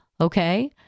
okay